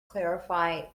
clarify